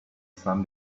sun